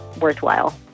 worthwhile